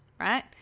right